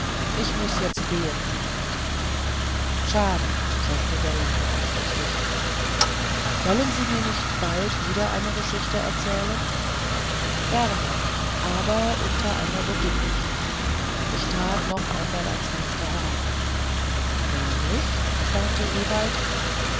ich muß jetzt gehen ewald schade sagte der lahme aufrichtig wollen sie mir nicht bald wieder eine geschichte erzählen gerne aber unter einer bedingung ich trat noch einmal ans fenster heran nämlich staunte ewald